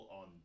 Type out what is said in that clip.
on